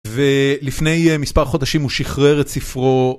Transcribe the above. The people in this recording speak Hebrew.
ולפני מספר חודשים הוא שחרר את ספרו.